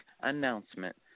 announcement